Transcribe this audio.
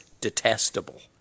detestable